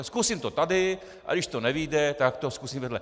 Zkusím to tady, a když to nevyjde, tak to zkusím vedle.